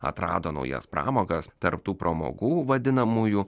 atrado naujas pramogas tarp tų pramogų vadinamųjų